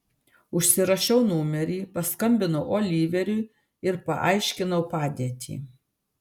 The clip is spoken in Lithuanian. užsirašiau numerį paskambinau oliveriui ir paaiškinau padėtį